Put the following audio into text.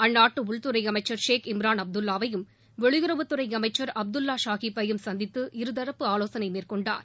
அந்நாட்டு உள்துறை அமைச்சர் ஷேக் இம்ரான் அப்துல்லாவையும் வெளியறவுத் துறை அமைச்சர் அப்துல்லா ஷாகீப்பையும் சந்தித்து இருதரப்பு ஆலோசனை மேற்கொண்டார்